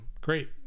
Great